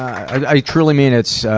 i truly mean, it's